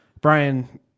Brian